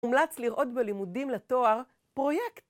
אומלץ לראות בלימודים לתואר פרויקט.